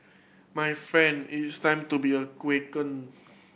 my friend it's time to be a